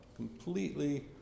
Completely